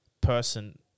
person